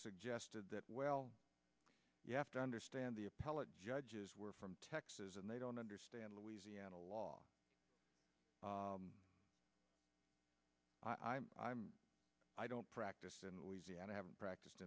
suggested that well you have to understand the appellate judges were from texas and they don't understand louisiana law i'm i'm i don't practice in louisiana having practiced